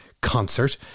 concert